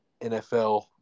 NFL